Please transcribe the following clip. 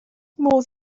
modd